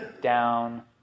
down